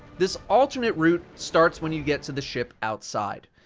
this alternate route starts when you get to the ship outside.